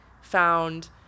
found